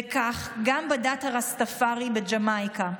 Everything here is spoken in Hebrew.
וכך גם בדת הראסטפארי בג'מייקה.